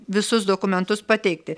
visus dokumentus pateikti